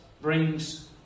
brings